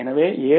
எனவே 7